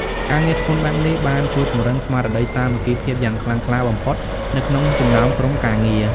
ការងារធ្ងន់បែបនេះបានជួយពង្រឹងស្មារតីសាមគ្គីភាពយ៉ាងខ្លាំងក្លាបំផុតនៅក្នុងចំណោមក្រុមការងារ។